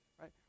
right